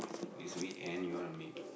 is weekend you want to meet